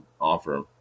offer